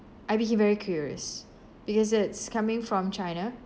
I became very curious because it's coming from china